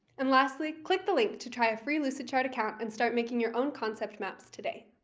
and lastly, click the link to try a free lucidchart account and start making your own concept maps today.